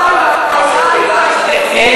אין